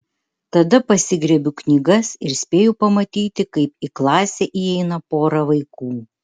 tada pasigriebiu knygas ir spėju pamatyti kaip į klasę įeina pora vaikų